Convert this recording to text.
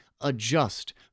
adjust